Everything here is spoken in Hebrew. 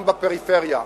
גם בפריפריה.